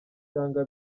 cyangwa